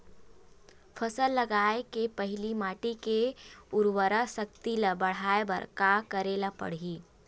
फसल लगाय के पहिली माटी के उरवरा शक्ति ल बढ़ाय बर का करेला पढ़ही?